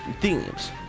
themes